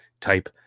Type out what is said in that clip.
type